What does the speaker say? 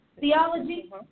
theology